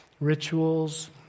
rituals